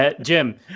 Jim